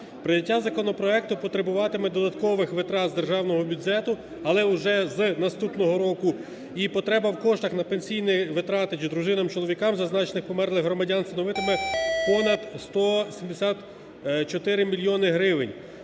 Прийняття законопроекту потребуватиме додаткових витрат з державного бюджету, але уже з наступного року. І потреба в коштах на пенсійні витрати дружинам (чоловікам) зазначених померлих громадян становитиме понад 174 мільйони гривень.